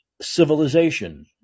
civilization